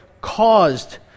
caused